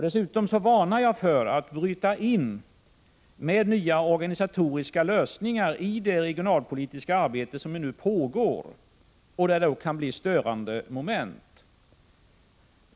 Dessutom varnar jag för att bryta in med nya organisatoriska lösningar i det regionalpolitiska arbete som pågår. Det kunde bli störande moment.